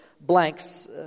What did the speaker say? blanks